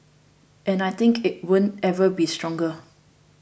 and I think it won't ever be stronger